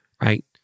right